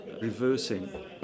reversing